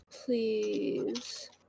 please